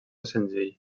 senzill